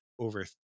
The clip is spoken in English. over